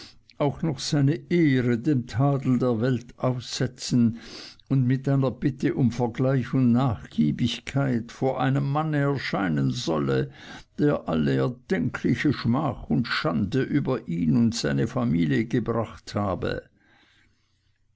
auch noch seine ehre dem tadel der welt aussetzen und mit einer bitte um vergleich und nachgiebigkeit vor einem manne erscheinen solle der alle nur erdenkliche schmach und schande über ihn und seine familie gebracht habe